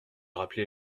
rappeler